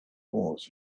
wars